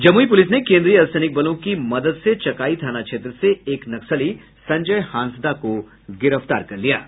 Jamui police ने केन्द्रीय अर्द्वसैनिक बलों की मदद से चकाई थाना क्षेत्र से एक नक्सली संजय हांसदा को गिरफ्तार किया है